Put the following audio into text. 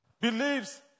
believes